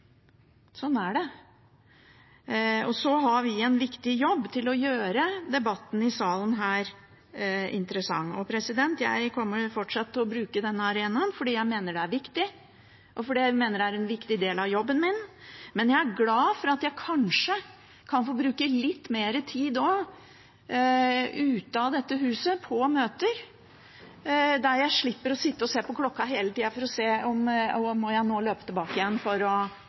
Sånn er det. Så har vi en viktig jobb å gjøre for å gjøre debattene i salen interessante. Jeg kommer fortsatt til å bruke denne arenaen, for jeg mener det er viktig, og jeg mener det er en viktig del av jobben min. Men jeg er glad for at jeg kanskje kan bruke litt mer tid ute av dette huset på møter, der jeg slipper å sitte og se på klokka hele tida for å se om jeg må løpe tilbake igjen for å